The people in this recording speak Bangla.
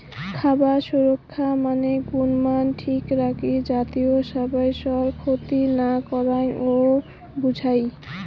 খাবার সুরক্ষা মানে গুণমান ঠিক রাখি জাতীয় স্বাইস্থ্যর ক্ষতি না করাং ও বুঝায়